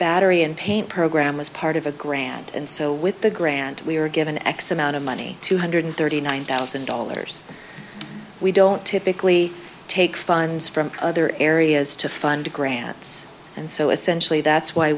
battery and paint program as part of a grant and so with the grant we were given x amount of money two hundred thirty nine thousand dollars we don't typically take funds from other areas to fund grants and so